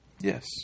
Yes